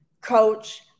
coach